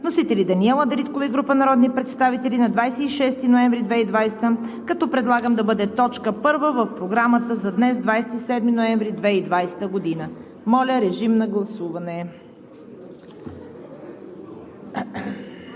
Вносител – Даниела Дариткова и група народни представители на 26 ноември 2020 г., като предлагам да бъде точка първа в Програмата за днес – 27 ноември 2020 г. Моля, гласувайте.